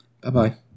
bye-bye